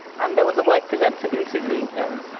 and there was a white presenter interviewing him.